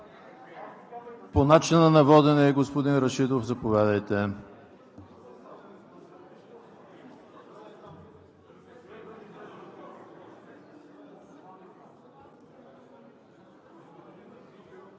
По начина на водене, господин Рашидов, заповядайте.